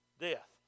Death